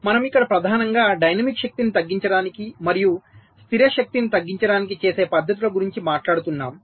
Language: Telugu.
మనము ఇక్కడ ప్రధానంగా డైనమిక్ శక్తిని తగ్గించడానికి మరియు స్థిర శక్తిని తగ్గించడానికి చేసే పద్ధతుల గురించి మాట్లాడుతున్నాము